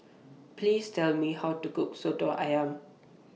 Please Tell Me How to Cook Soto Ayam